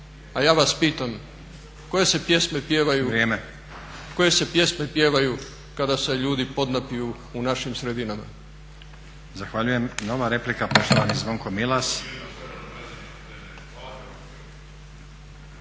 A ja vas pitam koje se pjesme pjevaju kada se ljudi podnapiju u našim sredinama?